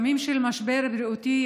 ימים של משבר בריאותי,